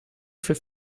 für